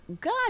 God